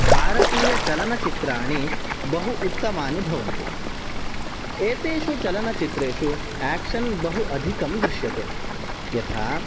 भारतीय चलनचित्राणि बहु उत्तमानि भवन्ति एतेषु चलनचित्रेषु आक्शन् बहु अधिकं दृश्यते यथा